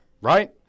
Right